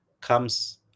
comes